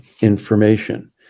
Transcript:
information